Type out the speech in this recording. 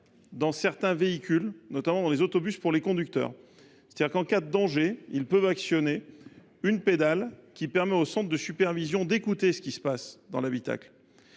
dans certains véhicules, notamment les autobus, pour les conducteurs. En cas de danger, ces derniers peuvent actionner une pédale permettant au centre de supervision d’écouter ce qui se passe dans l’habitacle.